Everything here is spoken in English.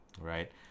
right